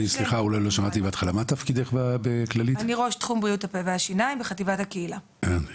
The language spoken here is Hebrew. יצרנו קשר, יש מרפאות שיניים של משרד הרווחה שבעצם